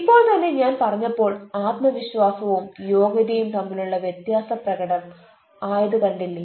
ഇപ്പൊൾ തന്നെ ഞാൻ പറഞ്ഞപ്പോൾ ആത്മവിശ്വാസവും യോഗ്യതയും തമ്മിലുള്ള വ്യത്യാസം പ്രകടം ആയത് കണ്ടില്ലേ